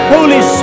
Holy